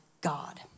God